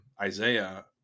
Isaiah